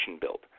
built